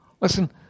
Listen